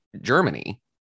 Germany